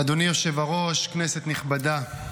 אדוני היושב-ראש, כנסת נכבדה,